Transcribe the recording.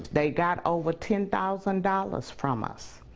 they got over ten thousand dollars from us.